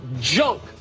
junk